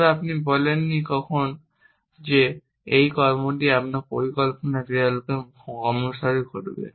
তবে আপনি বলেননি কখন সেই কর্মটি আপনার পরিকল্পনায় ক্রিয়াকলাপের ক্রমানুসারে ঘটবে